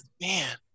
man